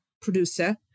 producer